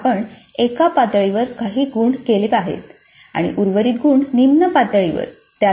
तर टी 1 मध्ये आपण एका पातळीवर काही गुण केले आहेत आणि उर्वरित गुण निम्न पातळीवर